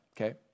okay